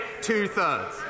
two-thirds